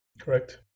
Correct